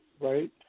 Right